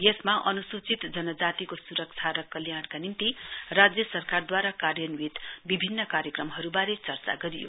यसमा अनूसूचित जनजातिका सुरक्षा र कल्याणका निम्ति राज्य सरकारदूवारा कार्यन्वित विभिन्न कार्यक्रमहरुवारे चर्चा गरियो